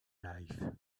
life